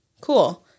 cool